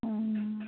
हाँ